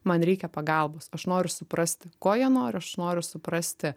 man reikia pagalbos aš noriu suprasti ko jie nori aš noriu suprasti